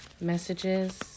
Messages